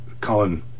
Colin